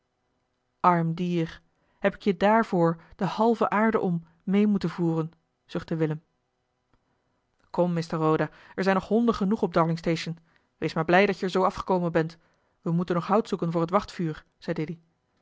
arm dier heb ik je daarvoor de halve aarde om mee moeten voeren zuchtte willem kom mr roda er zijn nog honden genoeg op darlingstation wees maar blij dat je er zoo afgekomen bent we moeten nog hout zoeken voor het wachtvuur zei dilly